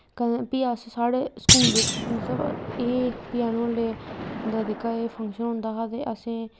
कदें फ्ही अस साढ़े स्कूल बिच्च मतलब एह् फ्ही एनूअल डे दा दिक्खो एह् फंक्शन होंदा हा ते असें